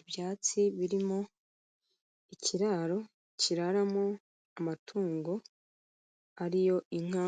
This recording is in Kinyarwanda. Ibyatsi birimo ikiraro kiraramo amatungo, ari yo inka